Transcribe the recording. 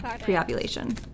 pre-ovulation